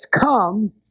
come